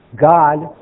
God